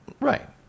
Right